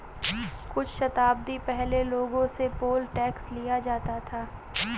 कुछ शताब्दी पहले लोगों से पोल टैक्स लिया जाता था